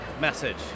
message